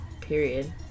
Period